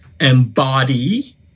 embody